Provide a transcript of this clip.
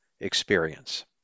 experience